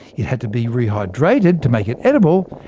it had to be rehydrated to make it edible.